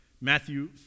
Matthew